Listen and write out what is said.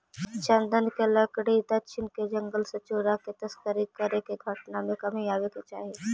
चन्दन के लकड़ी दक्षिण के जंगल से चुराके तस्करी करे के घटना में कमी आवे के चाहि